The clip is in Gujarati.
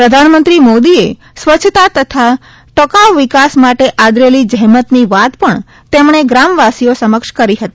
પ્રધાનમંત્રી મોદીએ સ્વચ્છતા તથા ટકાઉ વિકાસ માટે આદરેલી જ્રેમતની વાત ણ તેમણે ગ્રામવાસીઓ સમક્ષ કરી હતી